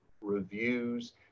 reviews